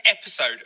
episode